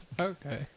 Okay